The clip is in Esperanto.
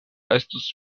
estus